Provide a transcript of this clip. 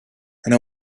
and